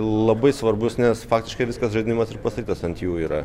labai svarbus nes faktiškai viskas žaidimas ir pastatytas ant jų yra